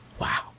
wow